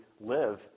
live